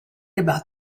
about